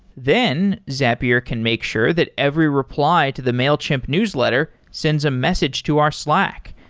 then zapier can make sure that every reply to the mailchimp newsletter sends a message to our slack.